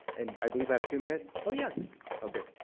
and i believe i have two minutes? oh, yes. okay.